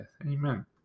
Amen